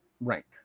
rank